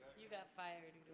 you got fired,